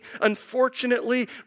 Unfortunately